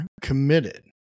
committed